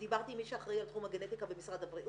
דיברתי עם מי שאחראי על תחום הגנטיקה במשרד הבריאות.